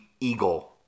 eagle